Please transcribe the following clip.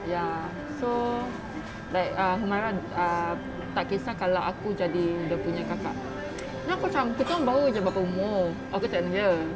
ya so like err humairah ah tak kisah kalau aku jadi dia punya kakak then aku macam kita orang baru jer berapa umur aku cakap dengan dia